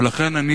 ולכן אני,